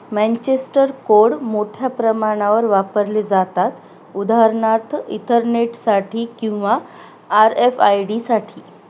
Manchester code मोठ्या प्रमाणावर वापरले जातात उदाहरणार्थ इथरनेटसाठी किंवा आर एफ आय डीसाठी